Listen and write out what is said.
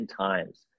times